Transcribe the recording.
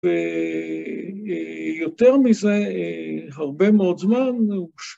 ויותר מזה, הרבה מאוד זמן הוא קשור.